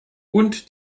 und